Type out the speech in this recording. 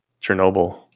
Chernobyl